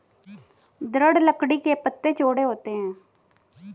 दृढ़ लकड़ी के पत्ते चौड़े होते हैं